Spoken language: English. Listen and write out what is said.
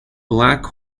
bleak